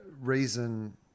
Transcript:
reason